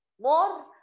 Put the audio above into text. more